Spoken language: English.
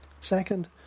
Second